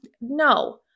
No